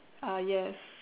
ah yes